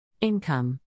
Income